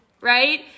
right